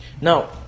Now